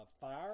fire